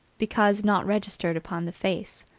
because not registered upon the face.